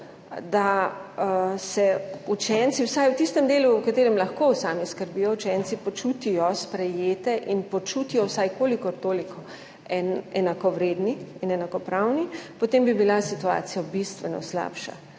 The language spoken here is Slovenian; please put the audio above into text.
da se učenci vsaj v tistem delu, v katerem lahko sami skrbijo, učenci počutijo sprejete in počutijo vsaj kolikor toliko enakovredni in enakopravni, potem bi bila situacija bistveno slabša.